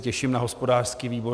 Těším se na hospodářský výbor.